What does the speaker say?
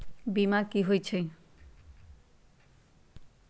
बीमा कि होई छई?